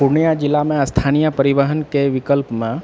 पूर्णियाँ जिलामे स्थानीय परिवहनके विकल्पमे